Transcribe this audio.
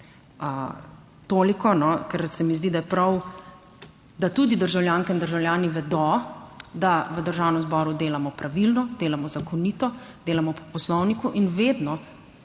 Toliko, ker se mi zdi, da je prav, da tudi državljanke in državljani vedo, da v Državnem zboru delamo pravilno, delamo zakonito, delamo po poslovniku in vedno